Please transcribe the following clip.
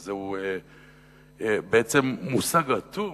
וזה בעצם מושג אטום,